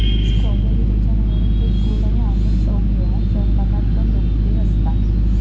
strawberry त्याच्या मनोरंजक गोड आणि आंबट चवमुळा स्वयंपाकात पण लोकप्रिय असता